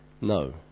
no